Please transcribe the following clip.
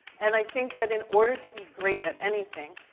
and i think that in order to be great at anything,